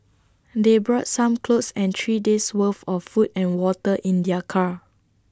they brought some clothes and three days' worth of food and water in their car